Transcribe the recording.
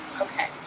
Okay